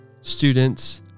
students